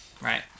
Right